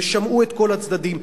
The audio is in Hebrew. ושמעו את כל הצדדים.